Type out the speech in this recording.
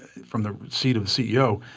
from the seat of the ceo,